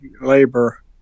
labor